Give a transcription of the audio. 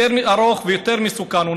יותר ארוך ויותר מסוכן.